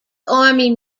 army